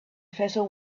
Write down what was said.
vessel